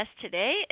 today